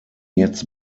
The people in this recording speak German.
jetzt